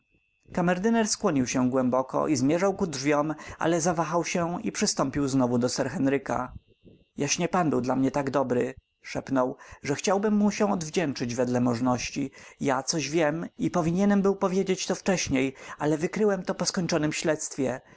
kamerdyner skłonił się głęboko i zmierzał ku drzwiom ale zawahał się i przystąpił znowu do sir henryka jaśnie pan był dla mnie tak dobry szepnął że chciałbym się mu odwdzięczyć wedle możności ja coś wiem i powinienem był powiedzieć to wcześniej ale wykryłem to po skończonem śledztwie